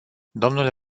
dle